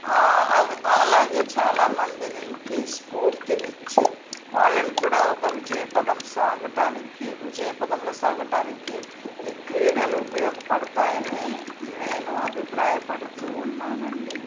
అవి అలాగే చాలామందికి స్ఫూర్తిని ఇచ్చి వాళ్ళని కూడా ఒక విజయపదం సాగడానికి విజయపదంలో సాగడానికి ఈ క్రీడలు ఉపయోగపడతాయి అని నేను అభిప్రాయపడుతు ఉన్నాను అండి